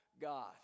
God